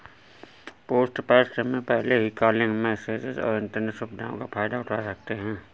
postpaid sim में पहले ही कॉलिंग, मैसेजस और इन्टरनेट सुविधाओं का फायदा उठा सकते हैं